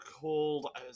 called